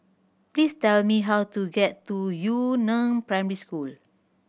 please tell me how to get to Yu Neng Primary School